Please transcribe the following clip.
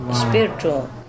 spiritual